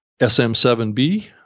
SM7B